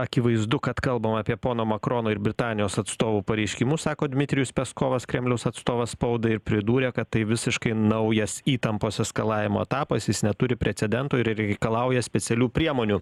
akivaizdu kad kalbama apie pono makrono ir britanijos atstovų pareiškimus sako dmitrijus peskovas kremliaus atstovas spaudai ir pridūrė kad tai visiškai naujas įtampos eskalavimo etapas jis neturi precedento ir reikalauja specialių priemonių